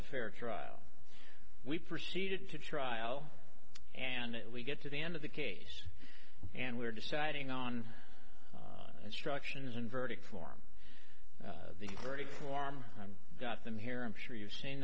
a fair trial we proceeded to trial and we get to the end of the case and we're deciding on instructions and verdict form the verdict warm and got them here i'm sure you've seen